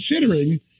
considering